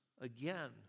again